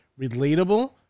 relatable